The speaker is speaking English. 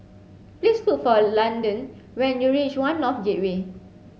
please look for Landon when you reach One North Gateway